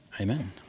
Amen